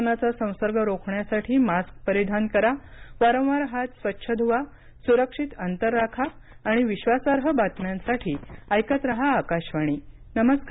कोरोनाचा संसर्ग रोखण्यासाठी मास्क परिधान करा वारंवार हात स्वच्छ ध्वा स्रक्षित अंतर राखा आणि विश्वासार्ह बातम्यांसाठी ऐकत राहा आकाशवाणी नमस्कार